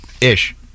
ish